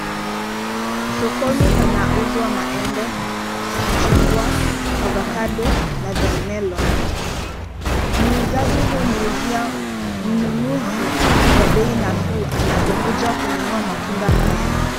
Sokoni panauzwa maembe, machungwa, avocado na thorn melon . Muuzaji humuuzia mnunuzi kwa bei nafuu anapokuja kununua matunda haya.